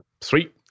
Sweet